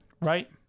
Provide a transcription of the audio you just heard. Right